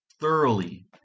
thoroughly